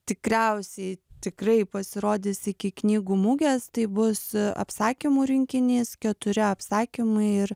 tikriausiai tikrai pasirodys iki knygų mugės tai bus apsakymų rinkinys keturi apsakymai ir